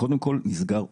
קודם כל, הוא נסגר אוטומטית.